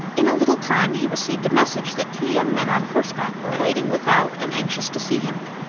in a little time he received a message that two young men on horseback were waiting without and anxious to see him.